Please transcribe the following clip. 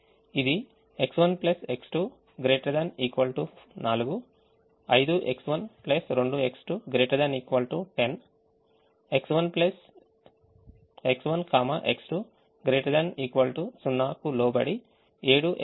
ఇది X1 X2 ≥ 4 5X1 2X2 ≥ 10 X1 X2 ≥ 0 కు లోబడి 7X1 5X2 ను కనిష్టీకరిస్తుంది